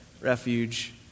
Refuge